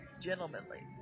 gentlemanly